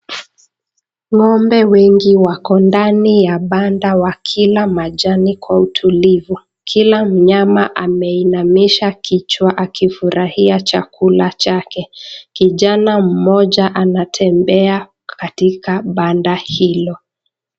Ng'ombe wengi wako ndani ya banda wakila majani kwa utulivu, kila mnyama ameinamisha kichwa akifurahia chakula chake, kijana mmoja anatembea katika banda hilo.